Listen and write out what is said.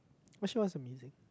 actually what's amazing